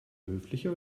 höfliche